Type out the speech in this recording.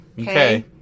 Okay